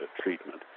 treatment